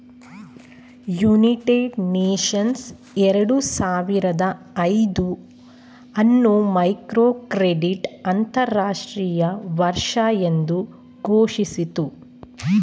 United Nations ಎರಡು ಸಾವಿರದ ಐದು ಅನ್ನು ಮೈಕ್ರೋಕ್ರೆಡಿಟ್ ಅಂತರಾಷ್ಟ್ರೀಯ ವರ್ಷ ಎಂದು ಘೋಷಿಸಿತು